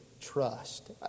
trust